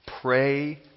Pray